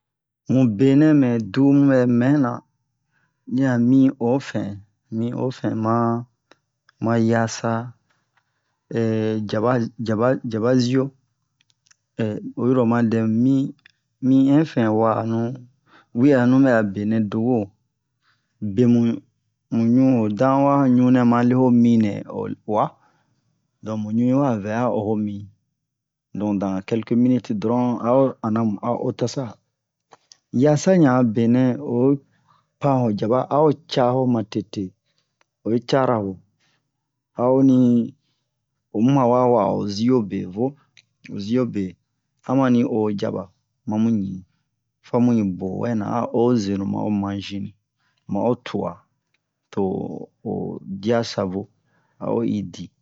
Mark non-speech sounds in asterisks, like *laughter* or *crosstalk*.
mu benɛ mɛ du mubɛ mɛna ni'a mi ofin mi ofin man man yasa *hesitation* jaba jaba jaba zio *hesitation* oyiro oma dɛmu mi mi infin wa'anu wi'anu bɛ'a benɛ dowo bemu mu ɲu'o danwa ɲunɛ ma le'o minɛ o uwa don mu ɲu'i wavɛ a'o oho mi don dans quelques minutes donron a'o hana mu'a o tasa yasa yan'a benɛ oyi pan ho jaba a'o ca'o ma tete oyi cara'o a'oni muma wo'a wa'a o ziobe vo o ziobe a mani oho jaba mamu ɲi famu'i bowɛna a oho zenu ma'o majini ma'o tua to'o dia savo a'o idi